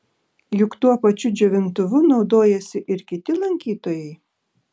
juk tuo pačiu džiovintuvu naudojasi ir kiti lankytojai